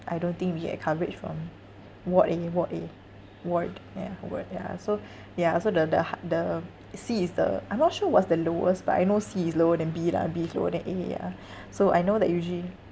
I don't think we have coverage from ward A ward A ward ya ward ya so ya so the the ha~ the C is the I'm not sure what's the lowest but I know C is lower than B lah B is lower than A ya so I know that usually